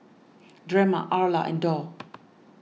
Drema Arla and Dorr